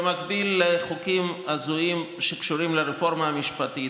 במקביל לחוקים הזויים שקשורים ברפורמה המשפטית,